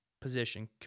position